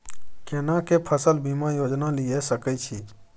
केना के फसल बीमा योजना लीए सके छी?